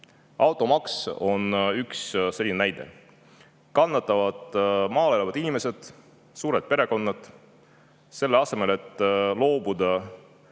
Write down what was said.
Automaks on üks selline näide. Kannatavad maal elavad inimesed, suured perekonnad. Selle asemel võiks loobuda